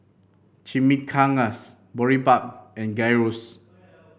Chimichangas Boribap and Gyros